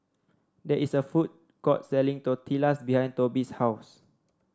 there is a food court selling Tortillas behind Toby's house